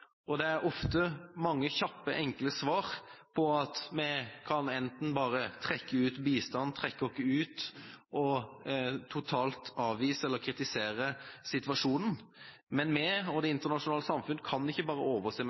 og det er ofte mange kjappe, enkle svar som går på at vi kan enten bare trekke ut bistand, trekke oss ut og totalt avvise eller kritisere situasjonen. Men vi og det internasjonale samfunn kan ikke bare overse